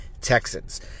Texans